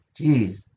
Jeez